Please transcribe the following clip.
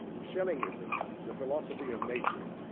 schellingism, the philosophy of nature,